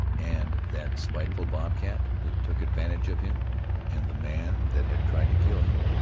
and that spiteful bobcat, that took advantage of him and the man that had tried to kill him.